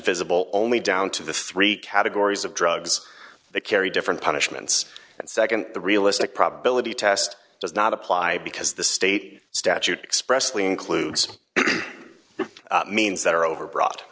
divisible only down to the three categories of drugs that carry different punishments and nd the realistic probability test does not apply because the state statute expressly includes the means that are overbro